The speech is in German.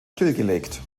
stillgelegt